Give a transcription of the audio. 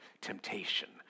temptation